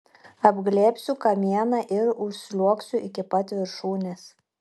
apglėbsiu kamieną ir užsliuogsiu iki pat viršūnės